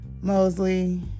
Mosley